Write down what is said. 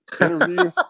interview